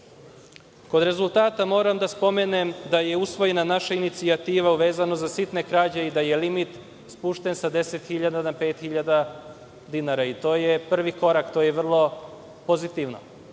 rezultata, moram da spomenem da je usvojena naša inicijativa vezano za sitne krađe i da je limit spušten sa 10 hiljada na pet hiljada dinara i to je prvi korak, što je vrlo pozitivno.